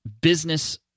business